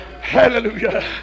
Hallelujah